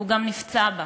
הוא גם נפצע בה,